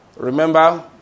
Remember